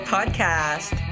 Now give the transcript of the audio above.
Podcast